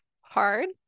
hard